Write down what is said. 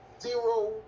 zero